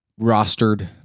rostered